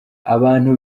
abantu